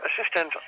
assistant